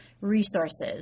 resources